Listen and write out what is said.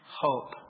Hope